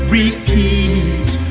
repeat